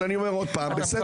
אבל אני אומר עוד פעם --- ברור,